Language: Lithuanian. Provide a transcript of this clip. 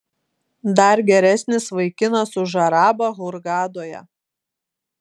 dar geresnis vaikinas už arabą hurgadoje